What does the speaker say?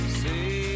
say